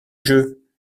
jeu